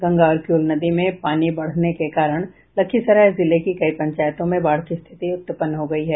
गंगा और किऊल नदी में पानी बढ़ने के कारण लखीसराय जिले की कई पंचायतों में बाढ़ की स्थिति उत्पन्न हो गयी है